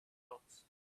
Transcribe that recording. dots